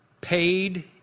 Paid